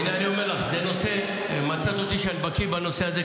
הינה אני אומר לך: מצאת אותי כשאני בקיא בנושא הזה,